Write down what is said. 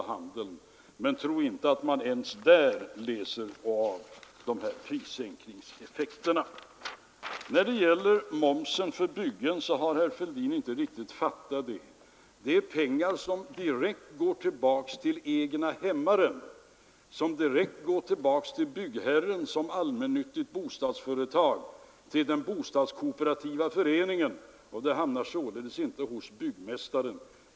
Det är pengar som går tillbaka direkt till egnahemsägaren, till byggherren som allmännyttigt bostadsföretag och till den bostadskooperativa föreningen. De pengarna hamnar således inte hos byggmästaren.